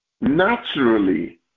naturally